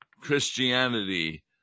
Christianity